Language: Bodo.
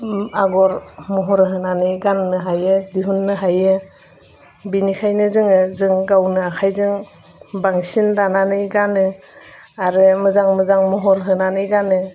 आगर महर होनानै गाननो हायो दिहुननो हायो बेनिखायनो जोङो जों गावनो आखाइजों बांसिन दानानै गानो आरो मोजां मोजां महर होनानै गानो